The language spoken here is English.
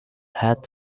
hat